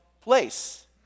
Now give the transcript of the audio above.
place